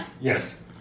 yes